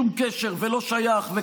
שב או צא החוצה.